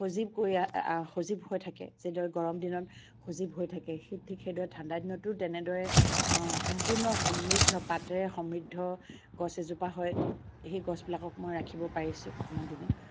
সজীৱ কৰি আ সজীৱ হৈ থাকে যি দৰে গৰম দিনত সজীৱ হৈ থাকে সেই ঠিক সেইদৰে ঠাণ্ডা দিনতো তেনেদৰে সম্পূৰ্ণ সমৃদ্ধ পাতেৰে সমৃদ্ধ গছ এজোপা হয় সেই গছবিলাকক মই ৰাখিব পাৰিছো ইমান দিনে